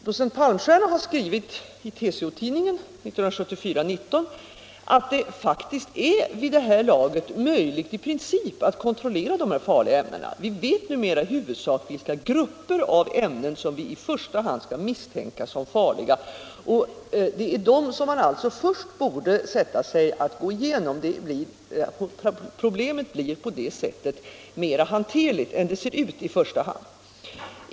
Docent Palmstierna skriver t.ex. i TCO-tidningen 1974:19 att det vid det här laget faktiskt är möjligt i princip att kontrollera farliga ämnen. Vi vet numera i huvudsak vilka grupper av ämnen som vi i första hand skall misstänka som farliga. Det är alltså dem man i första hand borde gå igenom. Problemet blir på det sättet mera hanterligt än det annars ser ut.